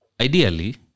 ideally